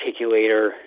articulator